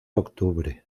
octubre